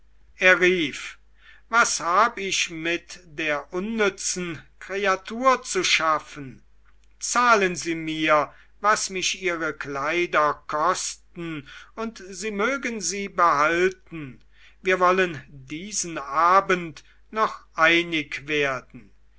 er rief was hab ich mit der unnützen kreatur zu schaffen zahlen sie mir was mich ihre kleider kosten und sie mögen sie behalten wir wollen diesen abend noch einig werden